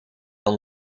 van